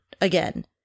again